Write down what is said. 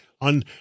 on